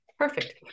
Perfect